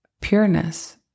pureness